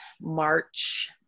March